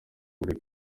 buri